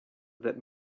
that